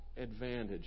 advantage